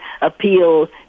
appeal